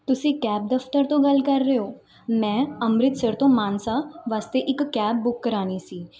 ਤੁਸੀਂ ਕੈਬ ਦਫਤਰ ਤੋਂ ਗੱਲ ਕਰ ਰਹੇ ਹੋ ਮੈਂ ਅੰਮ੍ਰਿਤਸਰ ਤੋਂ ਮਾਨਸਾ ਵਾਸਤੇ ਇੱਕ ਕੈਬ ਬੁੱਕ ਕਰਾਉਣੀ ਸੀ